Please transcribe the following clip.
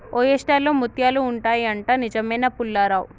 oyster లో ముత్యాలు ఉంటాయి అంట, నిజమేనా పుల్లారావ్